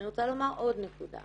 אני רוצה לומר עוד נקודה.